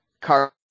car